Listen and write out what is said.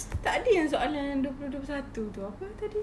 tak ada yang soalan dua puluh dua puluh satu itu apa ah tadi